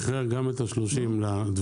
שחרר גם את ה-30 לדבוראים.